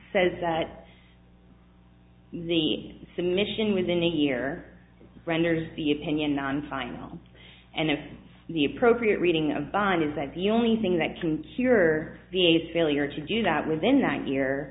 says that the submission within a year renders the opinion non final and if the appropriate reading a bind is that the only thing that can hear the a failure to do that within that year